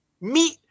meet